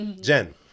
Jen